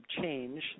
change